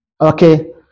Okay